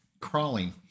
Crawling